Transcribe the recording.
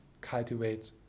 cultivate